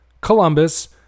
Columbus